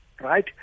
right